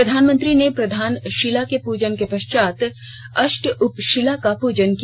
प्रधानमंत्री ने प्रधानशीला के पूजन के पश्चात अष्टउपशीला का पूजन किया